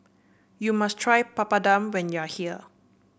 you must try Papadum when you are here